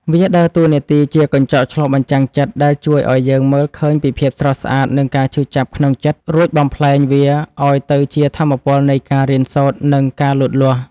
វាដើរតួនាទីជា កញ្ចក់ឆ្លុះបញ្ចាំងចិត្ត ដែលជួយឱ្យយើងមើលឃើញពីភាពស្រស់ស្អាត និងការឈឺចាប់ក្នុងចិត្ត រួចបំប្លែងវាឱ្យទៅជាថាមពលនៃការរៀនសូត្រ និងការលូតលាស់។